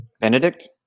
Benedict